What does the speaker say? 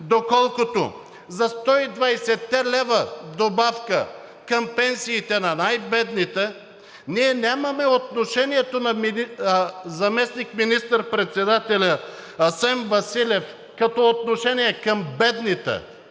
Доколкото за 120 лв. добавка към пенсиите на най-бедните ние нямаме отношението на заместник министър председателя Асен Василев като отношение към бедните...